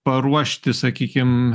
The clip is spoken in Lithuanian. paruošti sakykim